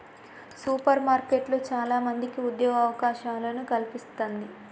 super మార్కెట్లు చాల మందికి ఉద్యోగ అవకాశాలను కల్పిస్తంది